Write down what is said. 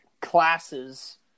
classes